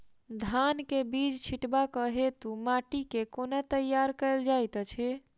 धान केँ बीज छिटबाक हेतु माटि केँ कोना तैयार कएल जाइत अछि?